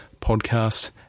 podcast